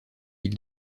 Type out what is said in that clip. ils